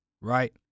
right